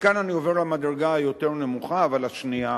וכאן אני עובר למדרגה היותר נמוכה אבל השנייה,